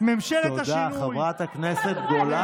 ממשלת השינוי, איפה היית?